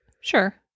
Sure